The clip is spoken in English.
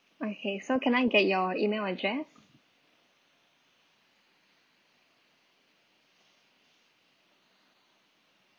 okay so can I get your email address